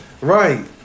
Right